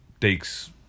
takes